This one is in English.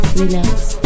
relax